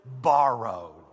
borrowed